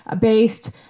based